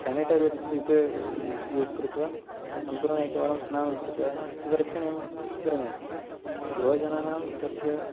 sanitiser इत्युक्ते use कृत्वा सम्पूर्णम् एकवारं स्नानं कृत्वा तद् रक्षणीयं करणीयं गृहजनानां तस्य